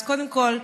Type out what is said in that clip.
אז קודם כול,